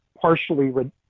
partially